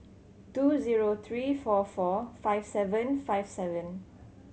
two zero three four four five seven five seven